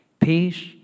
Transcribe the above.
peace